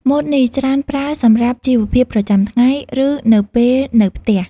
ម៉ូតនេះច្រើនប្រើសម្រាប់ជីវភាពប្រចាំថ្ងៃ ឬនៅពេលនៅផ្ទះ។